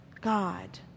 God